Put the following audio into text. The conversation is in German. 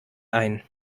ein